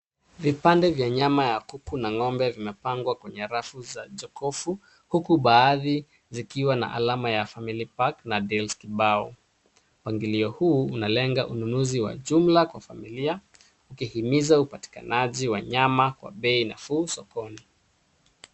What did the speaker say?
Vipande vya nyama ya kuku na ng'ombe vimepangwa kwenye rafu za jokofu huku baadhi zikiwa na alama ya family pack na deals kibao. Mpangilio huu unalenga ununuzi wa jumla kwa familia ukuhimiza upatikanaji wa nyama kwa bei nafuu sokoni.